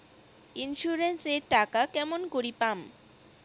Insurance এর টাকা কেমন করি পাম?